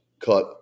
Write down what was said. cut